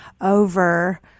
over